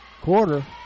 quarter